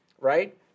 right